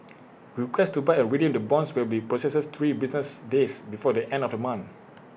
requests to buy or redeem the bonds will be processed three business days before the end of the month